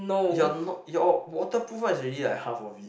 is your no~ your waterproof one is already like half of it